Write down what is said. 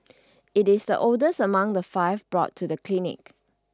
it is the oldest among the five brought to the clinic